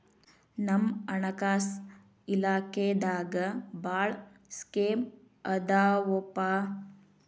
ನಮ್ ಹಣಕಾಸ ಇಲಾಖೆದಾಗ ಭಾಳ್ ಸ್ಕೇಮ್ ಆದಾವೊಪಾ